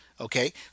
Okay